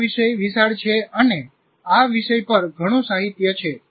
આ વિષય વિશાળ છે અને આ વિષય પર ઘણું સાહિત્ય છે